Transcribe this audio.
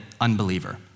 unbeliever